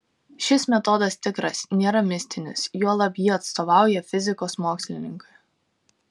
šis metodas tikras nėra mistinis juolab jį atstovauja fizikos mokslininkai